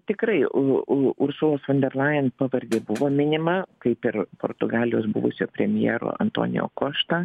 tikrai u u ursulos fonderlajen pavardė buvo minima kaip ir portugalijos buvusio premjero antonijo košta